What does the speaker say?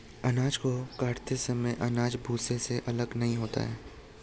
अनाज को काटते समय अनाज भूसे से अलग नहीं होता है